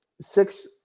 six